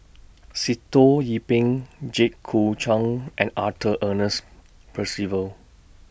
Sitoh Yih Pin Jit Koon Ch'ng and Arthur Ernest Percival